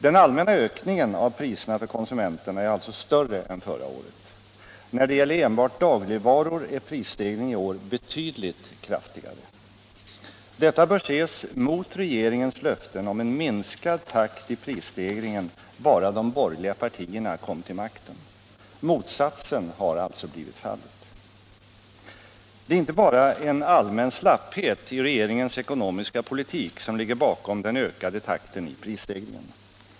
Den allmänna ökningen av priserna för konsumenterna är alltså större än förra året. När det gäller enbart dagligvaror är prisstegringen i år betydligt kraftigare. Detta bör ses mot regeringens löften om en minskad takt i prisstegringen bara de borgerliga partierna kom till makten. Motsatsen har alltså blivit fallet. Det är inte bara en allmän slapphet i regeringens ekonomiska politik som ligger bakom den ökade takten i prisstegringen.